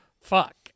fuck